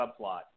subplot